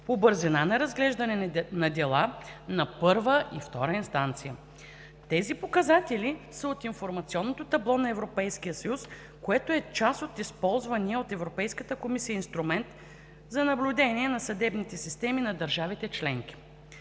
по бързина на разглеждане на дела на първа и втора инстанция. Тези показатели са от информационното табло на Европейския съюз, което е част от използвания от Европейската комисия инструмент за наблюдение на съдебните системи на държавите членки.